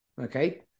Okay